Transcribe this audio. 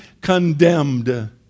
condemned